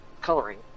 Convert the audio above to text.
coloring